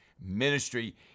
ministry